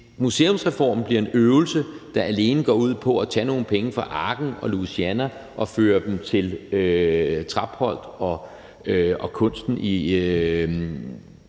museumsreformen bliver en øvelse, der alene går ud på at tage nogle penge fra Arken og Louisiana og føre dem til Trapholt og Kunsten,